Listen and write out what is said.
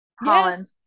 Holland